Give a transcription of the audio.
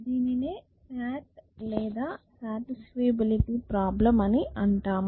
దీనినే S A T లేదా satisfiability problem అని అంటాం